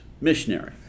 missionary